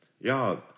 Y'all